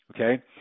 Okay